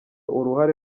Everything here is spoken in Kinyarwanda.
uruhare